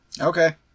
Okay